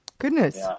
Goodness